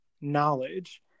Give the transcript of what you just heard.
knowledge